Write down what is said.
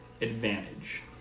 advantage